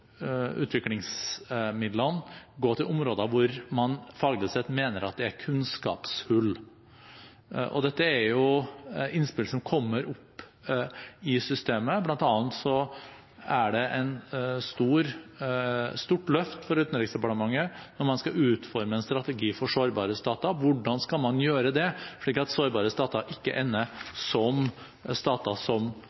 utviklingsmidlene gå til områder hvor man faglig sett mener at det er kunnskapshull, og dette er innspill som kommer opp i systemet. Blant annet er det et stort løft for Utenriksdepartementet at man skal utforme en strategi for sårbare stater. Hvordan skal man gjøre det, slik at sårbare stater ikke ender